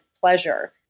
pleasure